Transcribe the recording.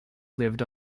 lived